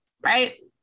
Right